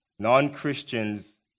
Non-Christians